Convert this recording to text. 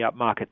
upmarket